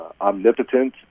omnipotent